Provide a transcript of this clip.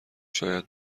شاید